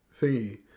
Thingy